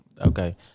Okay